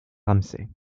ramsey